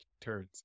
turns